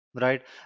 right